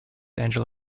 angela